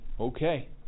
okay